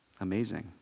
Amazing